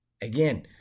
Again